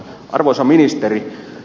arvoisa ministeri